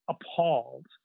appalled